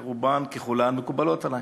שרובן ככולן מקובלות עלי,